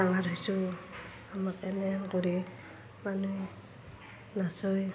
ডাঙৰ হৈছোঁ আমাক এনেদৰেই মানুহে নাচায়